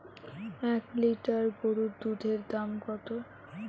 এক লিটার গোরুর দুধের দাম কত?